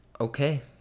Okay